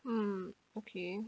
mm okay